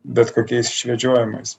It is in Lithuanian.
bet kokiais išvedžiojimais